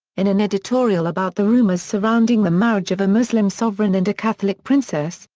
in an editorial about the rumors surrounding the marriage of a muslim sovereign and a catholic princess,